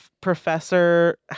professor